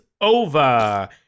over